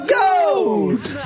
gold